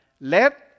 let